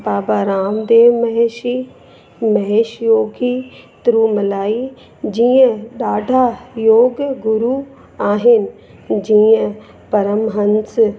बाबा रामदेव महिषी महिष योगी त्रू मलाइ जीअं ॾाढा योग गुरू आहिनि जीअं परमहंस